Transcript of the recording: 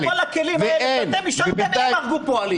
ולצד כל הכלים האלה שאתם אישרתם נהרגו פועלים.